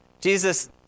Jesus